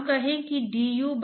viscosity का गुणांक